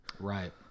Right